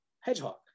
Hedgehog